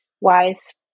wise